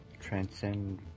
Transcend